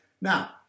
Now